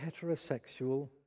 heterosexual